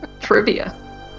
Trivia